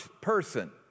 person